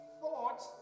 thought